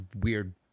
weird